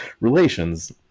relations